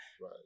Right